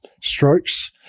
strokes